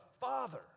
father